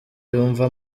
yumva